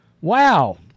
Wow